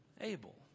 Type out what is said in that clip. Abel